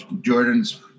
jordan's